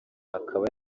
akaba